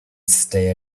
stay